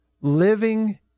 living